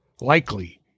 Likely